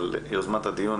על יוזמת הדיון.